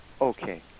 Okay